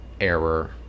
error